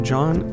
John